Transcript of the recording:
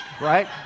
right